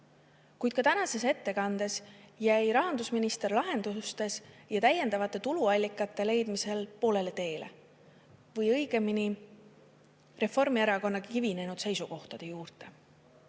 Kuid ka tänases ettekandes jäi rahandusminister lahendustes ja täiendavate tuluallikate leidmisel poolele teele või õigemini Reformierakonna kivinenud seisukohtade juurde.